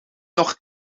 nog